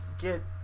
get